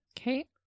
Okay